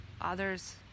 others